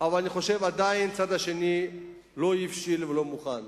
אבל אני חושב שעדיין הצד השני לא הבשיל ולא מוכן.